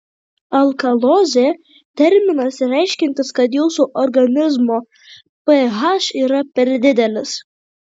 alkalozė terminas reiškiantis kad jūsų organizmo ph yra per didelis